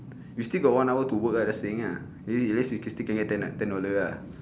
we still got one hour to work ah just saying ah at least at least we can still can get ten ah ten dollar ah